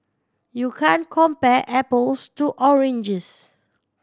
you can compare apples to oranges